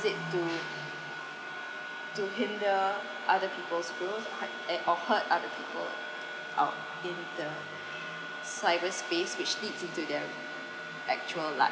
it to to hinder other people's growth at or hurt other people uh in the cyberspace which lead to to their actual life